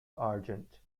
argent